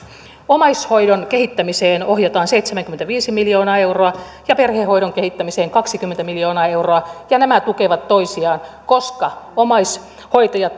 omaishoidon kehittämiseen ohjataan seitsemänkymmentäviisi miljoonaa euroa ja perhehoidon kehittämiseen kaksikymmentä miljoonaa euroa ja nämä tukevat toisiaan koska omaishoitajat